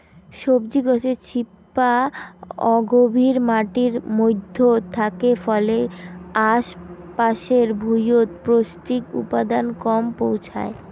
সবজি গছের শিপা অগভীর মাটির মইধ্যত থাকে ফলে আশ পাশের ভুঁইয়ত পৌষ্টিক উপাদান কম পৌঁছায়